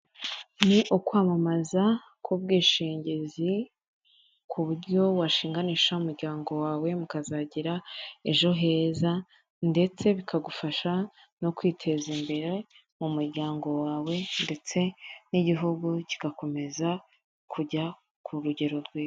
Ni ukwamamaza kw'ubwishingizi ku buryo washinganisha umuryango wawe mukazagira ejo heza ndetse bikagufasha no kwiteza imbere mu muryango wawe ndetse n'igihugu kigakomeza kujya ku rugero rwiza.